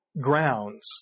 grounds